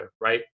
right